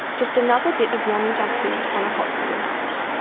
just another bit of yummy junk food on a hot summer night.